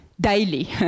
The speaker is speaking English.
daily